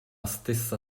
stessa